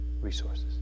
resources